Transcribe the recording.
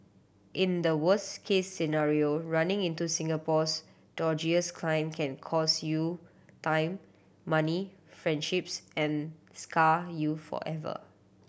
in the worst case scenario running into Singapore's dodgiest client can cost you time money friendships and scar you forever